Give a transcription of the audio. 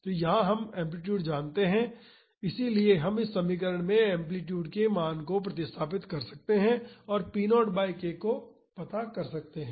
तो यहाँ हम एम्पलीटूड जानते हैं इसलिए हम इस समीकरण में एम्पलीटूड के मान को प्रतिस्थापित कर सकते हैं और p0 बाई k को मालूम कर सकते हैं